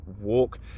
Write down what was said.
walk